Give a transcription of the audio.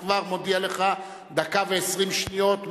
אני כבר מודיע לך שיש לך דקה ו-20 שניות.